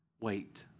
Wait